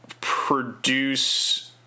produce